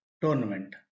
tournament